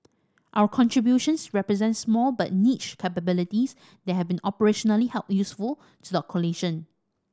our contributions represent small but niche capabilities that have been operationally useful to the coalition